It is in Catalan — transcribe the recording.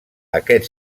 aquests